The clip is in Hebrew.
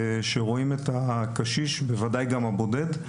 שרואים את הקשיש ובוודאי שגם את הבודד.